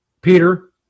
Peter